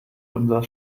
unser